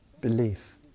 belief